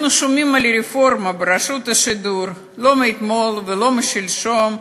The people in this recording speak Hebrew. אנחנו שומעים על הרפורמה ברשות השידור לא מאתמול ולא משלשום,